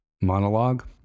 monologue